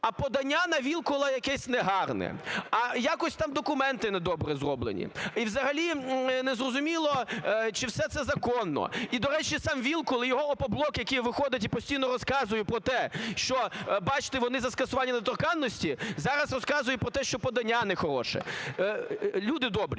а подання на Вілкула якесь не гарне, а якось там документи не добре зроблені і взагалі незрозуміло чи все це законно. І, до речі, сам Вілкул, і його "Опоблок", який виходить і постійно розказує про те, що, бачите, вони за скасування недоторканності, зараз розказують про те, що подання не хороше. Люди добрі,